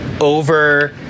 over